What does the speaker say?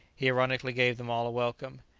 he ironically gave them all a welcome.